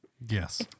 Yes